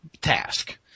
task